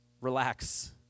relax